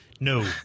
No